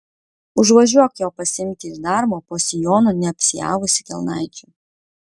užvažiuok jo pasiimti iš darbo po sijonu neapsiavusi kelnaičių